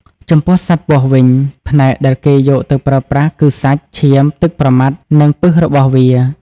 ចំពោះសត្វពស់វិញ ផ្នែកដែលគេយកទៅប្រើប្រាស់គឺសាច់ ឈាម ទឹកប្រមាត់ និងពិសរបស់វា។